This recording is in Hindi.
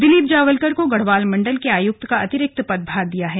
दिलीप जावलकर को गढ़वाल मंडल के आयुक्त का अतिरिक्त पदभार मिला है